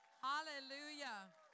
Hallelujah